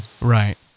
Right